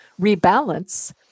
rebalance